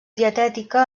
dietètica